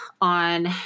on